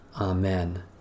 Amen